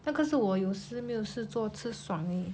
那个是我有没有事做吃爽而已